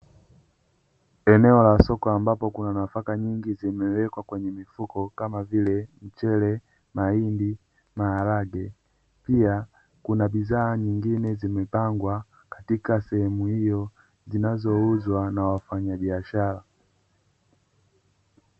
Eneo la soko ambapo kuna nafaka nyingi zimewekwa kwenye mifuko kama vile mchele, mahindi, maharage, pia kuna bidhaa nyingine zimepangwa katika sehemu hiyo zinazouzwa na wafanyabiashara.